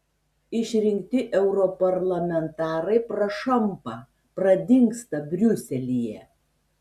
išrinkti europarlamentarai prašampa pradingsta briuselyje